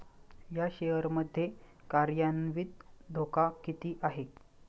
या शेअर मध्ये कार्यान्वित धोका किती आहे?